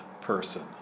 person